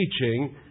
teaching